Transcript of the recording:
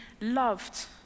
loved